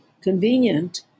convenient